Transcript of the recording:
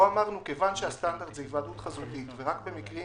פה אמרנו שכיוון שהסטנדרט הוא היוועדות חזותית ורק במקרים